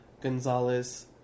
Gonzalez